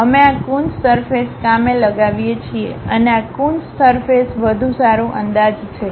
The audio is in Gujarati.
અમે આ કુન્સ સરફેસ કામે લગાવીએ છીએ અને આ કુન્સ સરફેસ વધુ સારુ અંદાજ છે